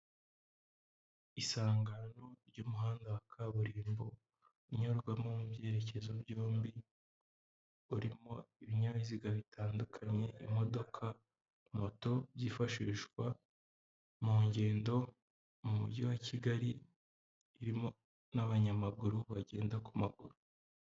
Isangano ry'umuhanda wa kaburimbo unyurwamo mu byerekezo byombi, urimo ibinyabiziga bitandukanye, imodoka moto, byifashishwa mu ngendo mu mujyi wa Kigali irimo n'abanyamaguru bagenda ku maguru.